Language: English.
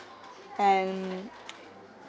and